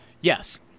Yes